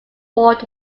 world